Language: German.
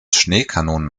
schneekanonen